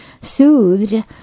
soothed